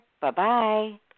Bye-bye